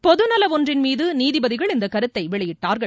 பொது நல மனு ஒன்றின் மீது நீதிபதிகள் இந்த கருத்தை வெளியிட்டார்கள்